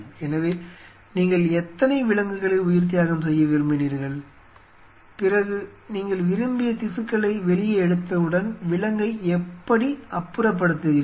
எனவே நீங்கள் எத்தனை விலங்குகளை உயிர்த்தியாகம் செய்ய விரும்பினீர்கள் பிறகு நீங்கள் விரும்பிய திசுக்களை வெளியே எடுத்தவுடன் விலங்கை எப்படி அப்புறப்படுத்துகிறீர்கள்